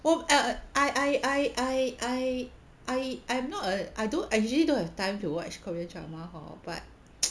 oh err I I I I I I I'm not a I do I usually don't have time to watch korean drama hor but